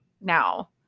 now